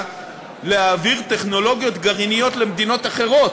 להעביר טכנולוגיות גרעיניות למדינות אחרות.